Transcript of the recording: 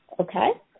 Okay